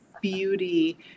beauty